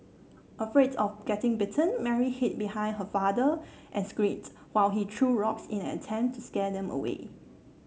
afraid of getting bitten Mary hid behind her father and screamed while he threw rocks in an attempt to scare them away